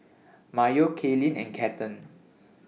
Mayo Kaylyn and Cathern